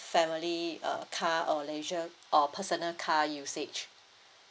family uh car or leisure or personal car usage